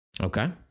okay